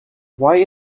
why